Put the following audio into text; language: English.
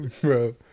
Bro